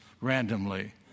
randomly